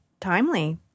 timely